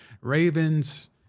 Ravens